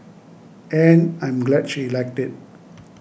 and I'm glad she liked it